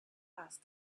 asked